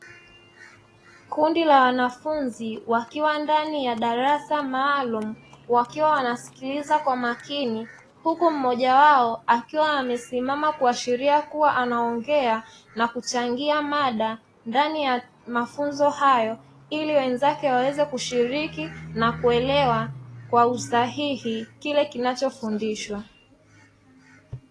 Kundi la wanafunzi wakiwa ndani ya darasa maalumu, wakiwa wanasikiliza kwa makini huku mmoja wao akiwa amesimama kuashiria kuwa anaongea na kuchangia mada ndani ya mafunzo hayo, ili wenzake waweze kushiriki na kuelewa kwa usahihi kile kinachofundishwa.